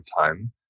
time